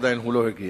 עדיין הוא לא הגיע,